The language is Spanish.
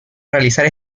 realizar